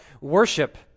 worship